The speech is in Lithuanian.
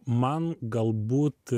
man galbūt